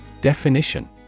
Definition